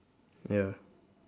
ya